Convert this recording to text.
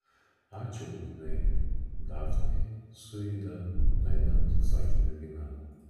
ačiū būtinai dafnei su ida nueinant atsakė mergina